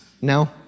No